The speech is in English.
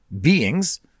beings